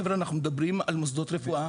חברה אנחנו מדברים על מוסדות רפואה.